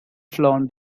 flown